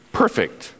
perfect